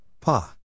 Pa